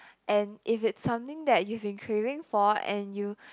and if it's something that you've been craving for and you